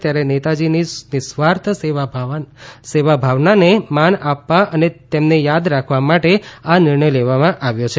ત્યારે નેતાજીની નિઃસ્વાર્થ સેવાભાવને માન આપવા અને તેમને યાદ રાખવા માટે આ નિર્ણય લેવામાં આવ્યો છે